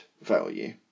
value